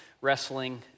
wrestling